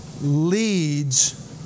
leads